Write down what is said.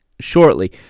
shortly